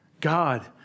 God